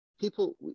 people